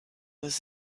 was